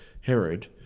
Herod